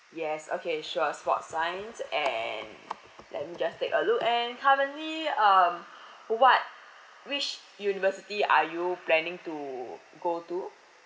yes okay sure sports science and let me just take a look and currently um what which university are you planning to go to